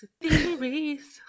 theories